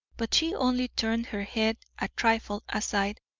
but she only turned her head a trifle aside,